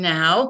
Now